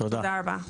תודה רבה.